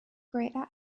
greater